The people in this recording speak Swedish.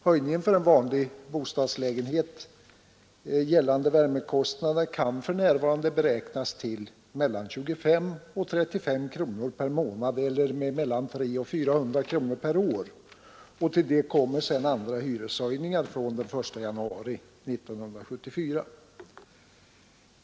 Höjningen av värmekostnaderna för en vanlig bostadslägenhet kan för närvarande beräknas till mellan 25 och 35 kronor per månad eller mellan 300 och 400 kronor per år. Till det kommer sedan andra hyreshöjningar från den 1 januari 1974.